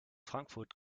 frankfurt